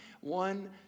One